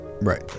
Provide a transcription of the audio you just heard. right